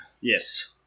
yes